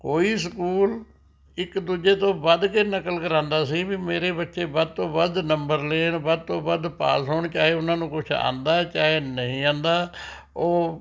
ਕੋਈ ਸਕੂਲ ਇੱਕ ਦੂਜੇ ਤੋਂ ਵੱਧ ਕੇ ਨਕਲ ਕਰਾਂਦਾ ਸੀ ਵੀ ਮੇਰੇ ਬੱਚੇ ਵੱਧ ਤੋਂ ਵੱਧ ਨੰਬਰ ਲੈਣ ਵੱਧ ਤੋਂ ਵੱਧ ਪਾਸ ਹੋਣ ਚਾਹੇ ਉਨ੍ਹਾਂ ਨੂੰ ਕੁਛ ਆਉਂਦਾ ਚਾਹੇ ਨਹੀਂ ਆਉਂਦਾ ਉਹ